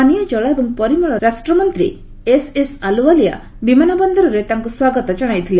ପାନୀୟ ଜଳ ଏବଂ ପରିମଳ ରାଷ୍ଟ୍ରମନ୍ତ୍ରୀ ଏସ୍ଏସ୍ ଆଲୁଓ୍ୱାଲିଆ ବିମାନବନ୍ଦରଠାରେ ତାଙ୍କୁ ସ୍ୱାଗତ ଜଣାଇଥିଲେ